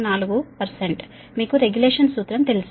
804 మీకు రెగ్యులేషన్ సూత్రం తెలుసు